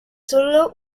sola